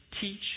teach